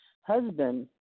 husband